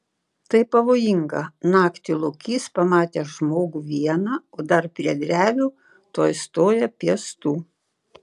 tai pavojinga naktį lokys pamatęs žmogų vieną o dar prie drevių tuoj stoja piestu